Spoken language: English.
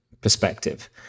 perspective